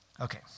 Okay